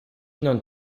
non